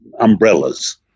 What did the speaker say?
umbrellas